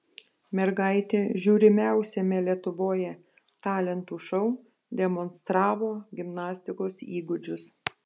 mergaitė žiūrimiausiame lietuvoje talentų šou demonstravo gimnastikos įgūdžius